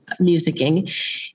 musicking